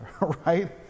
right